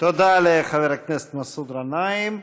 תודה לחבר הכנסת מסעוד גנאים.